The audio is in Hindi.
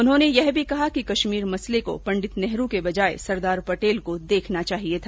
उन्होंने यह भी कहा कि कश्मीर मसले को पंडित नेहरू की बजाय सरदार पटेल को देखना चाहिए था